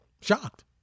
shocked